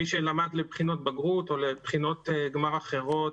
מי שלמד לבחינות בגרות או לבחינות גמר אחרות,